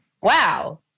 wow